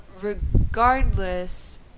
regardless